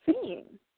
seeing